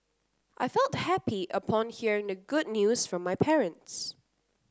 I felt happy upon hearing the good news from my parents